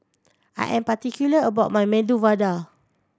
I am particular about my Medu Vada